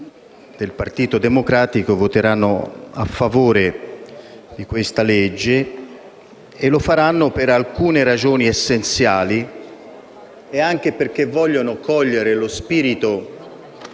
del Partito Democratico voteranno a favore di questo provvedimento e lo faranno per alcune ragioni essenziali e perché vogliono cogliere lo spirito